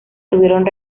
tuvieron